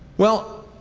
well,